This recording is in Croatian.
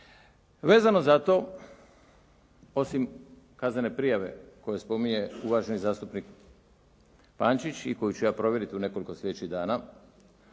Vezano za to osim kaznene prijave koju spominje uvaženi zastupnik Pančić i koju ću ja provjeriti u nekoliko sljedećih dana